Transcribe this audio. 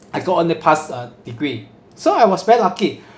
I got only pass uh degree so I was very lucky